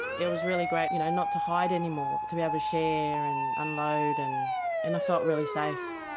it was really great you know, not to hide anymore to be able to share and unload and and i felt really safe.